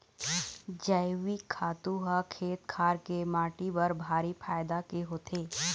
जइविक खातू ह खेत खार के माटी बर भारी फायदा के होथे